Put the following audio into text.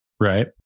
right